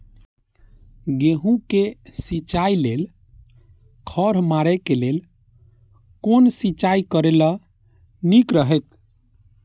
गेहूँ के सिंचाई लेल खर मारे के लेल कोन सिंचाई करे ल नीक रहैत?